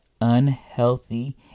unhealthy